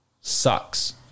sucks